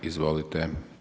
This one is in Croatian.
Izvolite.